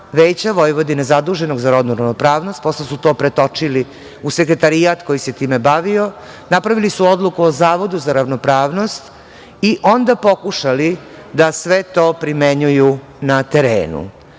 veća Vojvodine zaduženog za rodnu ravnopravnost. Posle su to pretočili u sekretarijat koji se time bavio. Napravili su odluku o Zavodu za ravnopravnost i onda pokušali da sve to primenjuju na terenu. Četiri